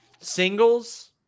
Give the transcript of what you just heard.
Singles